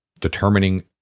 determining